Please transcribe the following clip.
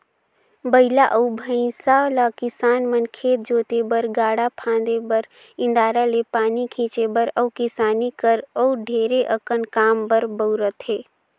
बइला अउ भंइसा ल किसान मन खेत जोते बर, गाड़ा फांदे बर, इन्दारा ले पानी घींचे बर अउ किसानी कर अउ ढेरे अकन काम बर बउरथे